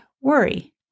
worry